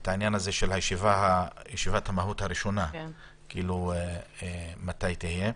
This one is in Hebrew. את ישיבת המהו"ת הראשונה, מתי תהיה.